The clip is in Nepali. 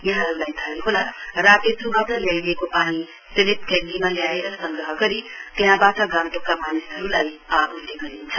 यहाँहरूलाई थाहै होला रातेच्बाट ल्याइएको पानी सेलेप ट्याङ्कीमा ल्याएर संग्रह गरी त्यहाँबाट गान्तोकका मानिसहरूलाई आपूर्ति गरिन्छ